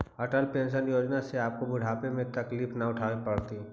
Atal pension Yojana से आपको बुढ़ापे में तकलीफ न उठावे पड़तई